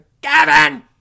Gavin